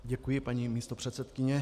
Děkuji, paní místopředsedkyně.